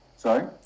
Sorry